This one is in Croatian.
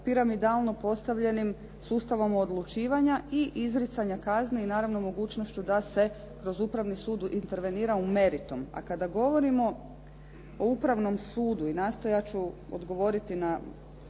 piramidalno postavljenim sustavom odlučivanja i izricanja kazne, i naravno mogućnošću da se kroz Upravni sud intervenira u meritum. A kada govorimo o Upravnom sudu i nastojat ću odgovoriti na